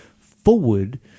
forward